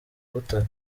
butare